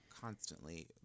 constantly